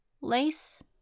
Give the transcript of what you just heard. lace